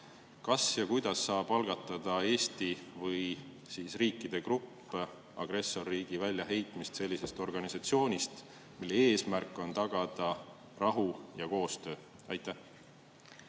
siis] kuidas saab algatada Eesti või riikide grupp agressorriigi väljaheitmist sellisest organisatsioonist, mille eesmärk on tagada rahu ja koostöö? Aitäh,